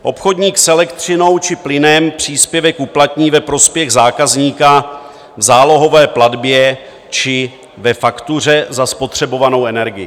Obchodník s elektřinou či plynem příspěvek uplatní ve prospěch zákazníka v zálohové platbě či ve faktuře za spotřebovanou energii.